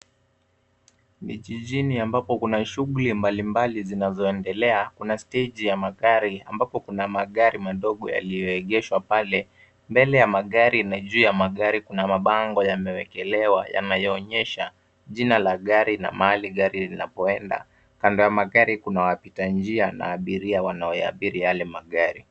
Ni jijini ambapo kuna shughuli mbalimbali zinazoendelea kuna steji ya magari ambapo kuna magari madogo yaliyoegeshwa pale. Mbele ya magari na juu ya magari kuna mabango yamewekelewa yameionyesha jina la gari na mali gari linapoenda. Kando ya magari kunawapita njia na abiria wanaoyabiri yale magari.